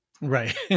Right